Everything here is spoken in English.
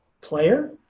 player